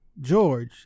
George